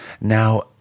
Now